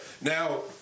Now